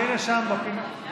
הינה, שם בפינה.